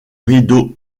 rideau